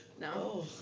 No